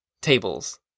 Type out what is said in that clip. tables